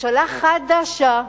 ממשלה חדשה,